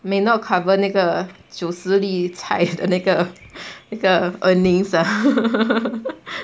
may not cover 那个九十粒菜的那个的那个 earnings ah